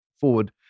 forward